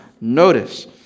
notice